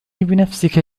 بنفسك